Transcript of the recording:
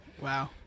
Wow